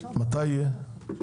מתי תהיה תשובה?